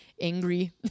angry